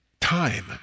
Time